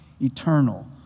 eternal